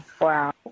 Wow